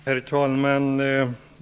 Herr talman!